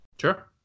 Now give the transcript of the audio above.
Sure